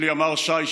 של ימ"ר ש"י,